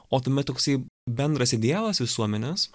o tuomet toksai bendras idealas visuomenės